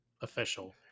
official